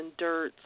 dirts